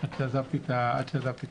עד שעזבתי את הרפת.